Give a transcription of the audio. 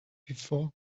before